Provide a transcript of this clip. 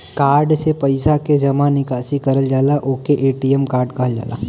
card से पइसा के जमा निकासी करल जाला ओके ए.टी.एम कार्ड कहल जाला